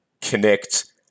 connect